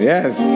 Yes